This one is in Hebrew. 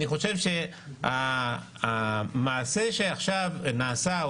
אני חושב שהמעשה שעכשיו נעשה,